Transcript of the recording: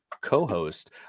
co-host